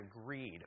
agreed